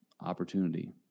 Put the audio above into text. opportunity